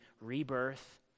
rebirth